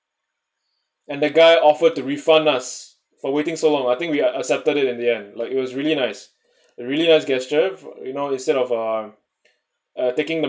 and the guy offered to refund us for waiting so long I think we are accepted it in the end like it was really nice really nice gesture for you know instead uh uh taking the